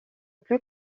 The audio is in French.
plus